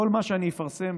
כל מה שאני אפרסם